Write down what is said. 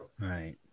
right